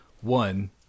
One